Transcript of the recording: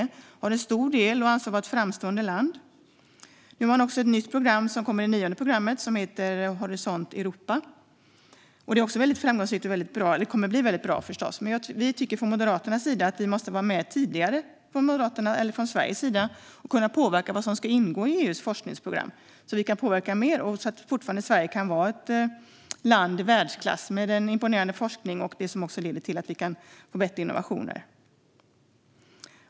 Vi har en stor del och anses vara ett framstående land. Man har också ett nytt program som kommer, det nionde programmet. Det heter Horisont Europa. Det är också väldigt framgångsrikt och bra. Men från Moderaternas sida tycker vi att vi i Sverige måste vara med tidigare, så att vi i högre grad kan påverka vad som ska ingå i EU:s forskningsprogram och så att Sverige kan fortsätta att vara ett land i världsklass med imponerande forskning, något som också leder till bättre innovationer.